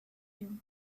you